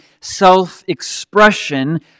self-expression